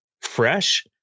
fresh